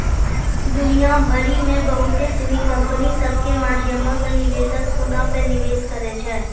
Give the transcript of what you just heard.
दुनिया भरि मे बहुते सिनी कंपनी सभ के माध्यमो से निवेशक सोना पे निवेश करै छै